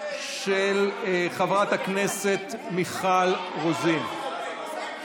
של חברת הכנסת מיכל רוזין.